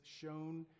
shown